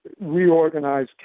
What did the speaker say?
reorganize